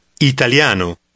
italiano